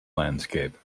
landscape